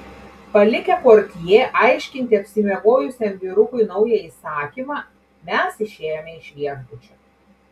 palikę portjė aiškinti apsimiegojusiam vyrukui naują įsakymą mes išėjome iš viešbučio